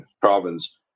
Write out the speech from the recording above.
province